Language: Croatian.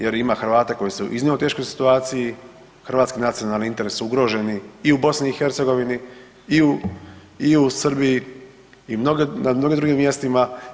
Jer ima Hrvata koji su u iznimno teškoj situaciji, hrvatski nacionalni interesi su ugroženi i u BiH i u Srbiji i na mnogim drugim mjestima.